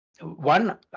One